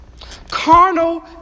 Carnal